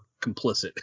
complicit